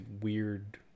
weird